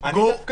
תראו,